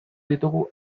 ditugu